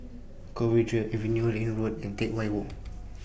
Cowdray Avenue Liane Road and Teck Whye Walk